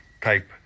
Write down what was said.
type